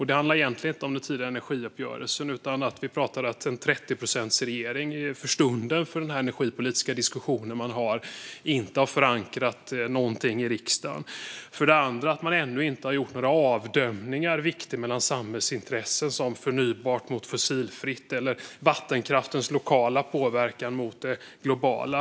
Det handlar egentligen inte om den tidigare energiuppgörelsen, utan vi pratar om att en 30-procentsregering för stunden för den här energipolitiska diskussionen utan att ha förankrat någonting i riksdagen. Det andra är att man ännu inte har gjort några avdömningar eller viktat mellan samhällsintressen som förnybart mot fossilfritt eller vattenkraftens lokala påverkan mot det globala.